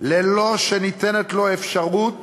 בלי שניתנת לו אפשרות